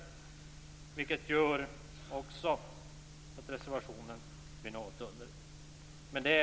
Även detta gör att reservationen till dagens betänkande blir något underlig.